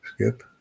Skip